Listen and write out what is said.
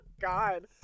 God